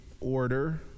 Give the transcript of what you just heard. order